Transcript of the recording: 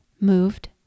moved